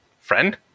Friend